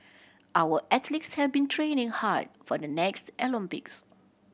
our athletes have been training hard for the next Olympics